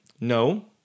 no